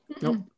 Nope